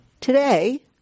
Today